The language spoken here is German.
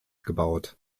gebaut